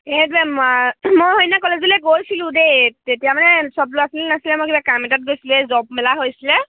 সেইটোৱে মই সেইদিনা কলেজলৈ গৈছিলোঁ দেই তেতিয়া মানে চব ল'ৰা ছোৱালী নাছিলে মই কিবা কাম এটাত গৈছিলে জব মেলা হৈছিলে